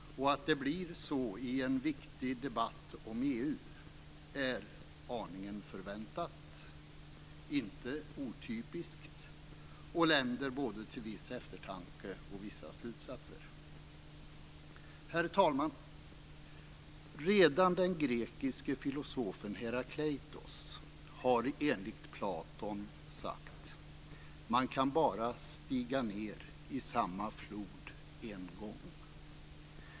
Att det blir så i en viktig debatt om EU är aningen förväntat, inte otypiskt, och länder både till viss eftertanke och till vissa slutsatser. Herr talman! Redan den grekiske filosofen Herakleitos har enligt Platon sagt att man kan bara stiga ned i samma flod en gång.